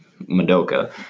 Madoka